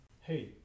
hey